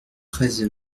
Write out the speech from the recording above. treize